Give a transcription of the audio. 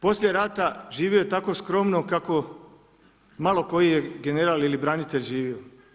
Poslije rata živio je tako skromno kako malo koji general ili branitelj živio.